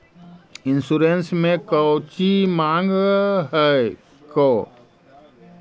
Insurance मे कौची माँग हको?